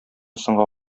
соңга